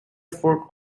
fork